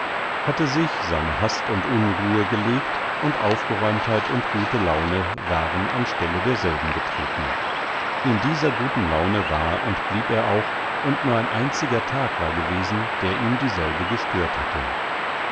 hatte sich seine hast und unruhe gelegt und aufgeräumtheit und gute laune waren an stelle derselben getreten in dieser guten laune war und blieb er auch und nur ein einziger tag war gewesen der ihm dieselbe gestört hatte